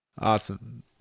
Awesome